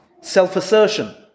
Self-assertion